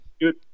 Good